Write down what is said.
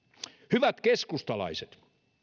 hyvät keskustalaiset